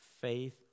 faith